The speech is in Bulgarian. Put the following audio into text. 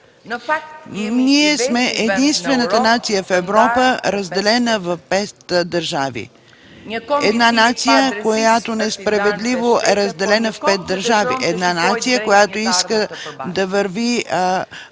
Ние сме единствената нация в Европа, разделена в пет държави. Една нация, която несправедливо е разделена в пет държави, една нация, която иска да върви